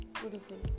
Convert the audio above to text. beautiful